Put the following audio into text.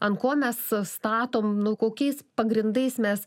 ant ko mes statom nu kokiais pagrindais mes